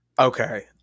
okay